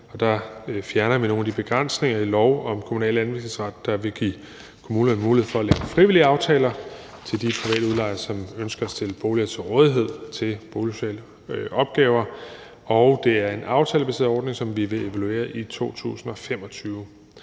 og der fjerner vi nogle af de begrænsninger i lov om kommunal anvisningsret, der vil give kommunerne mulighed for at lave frivillige aftaler til de private udlejere, som ønsker at stille boliger til rådighed til boligsociale opgaver, og det er en aftalebaseret ordning, som vi vil evaluere i 2025.